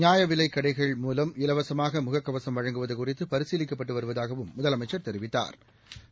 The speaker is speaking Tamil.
நியாயவிலைக் கடைகள் கடைகள் மூவம் இலவசமாக முகக்கவசம் வழங்குவது குறித்து பரிசீலிக்கப்பட்டு வருவதாகவும் முதலமைச்சள் தெரிவித்தாா்